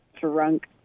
Drunk